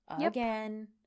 again